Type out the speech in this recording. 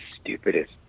stupidest